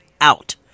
out